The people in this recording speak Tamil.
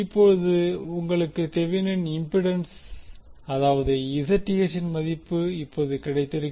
இப்போது உங்களுக்கு தெவினின் இம்பிடென்ஸ் அதாவது Zth ன் மதிப்பு இப்போது கிடைத்திருக்கும்